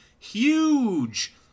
huge